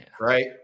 right